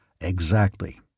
Exactly